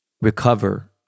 Recover